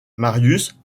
marius